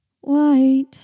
White